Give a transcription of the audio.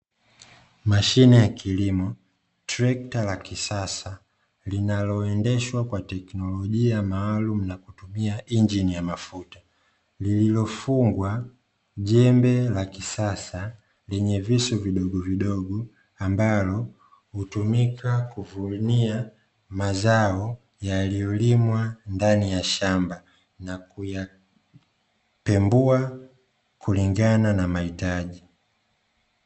Mashine ya kilimo trector la kisasa linaloendeshwa kwa teknolojia maalumu na kutumia injini ya mafuta lililofungwa jembe la kisasa yenye visu vidogovidogo ambalo hutumika kuvumilia mazao yaliyolimwa ndani ya shamba na kuyapembua kulingana na mahitaji.